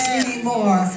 anymore